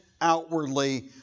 outwardly